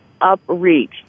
upreach